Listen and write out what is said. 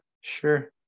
Sure